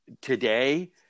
today